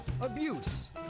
abuse